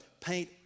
paint